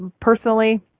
personally